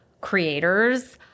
creators